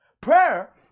Prayer